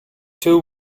two